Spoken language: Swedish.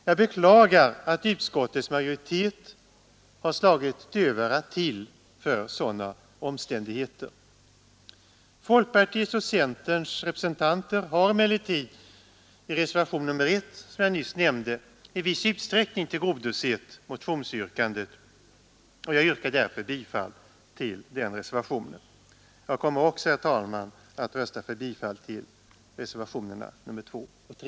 Jag beklagar att utskottets majoritet har slagit dövörat till för sådana omständigheter. Folkpartiet och centerns representanter har emellertid i reservationen 1, som jag nyss nämnde, i viss utsträckning tillgodosett motionsyrkandet, och jag yrkar därför bifall till den reservationen. Jag kommer också, herr talman, att rösta för bifall till reservationerna 2 och 3.